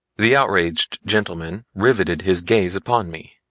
the outraged gentleman riveted his gaze upon me.